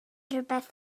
rhywbeth